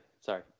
Sorry